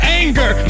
anger